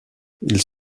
ils